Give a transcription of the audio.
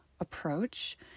approach